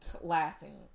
laughing